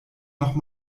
noch